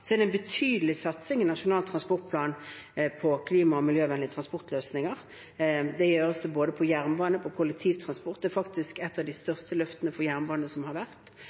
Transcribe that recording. Så er det en betydelig satsing i Nasjonal transportplan på klima- og miljøvennlige transportløsninger. Det gjøres både på jernbane og på kollektivtransport. Det er faktisk ett av de største løftene for jernbane som har vært.